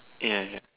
ya ya